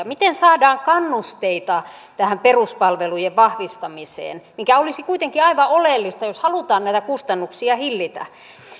miten saadaan kannusteita tähän peruspalvelujen vahvistamiseen mikä olisi kuitenkin aivan oleellista jos halutaan näitä kustannuksia hillitä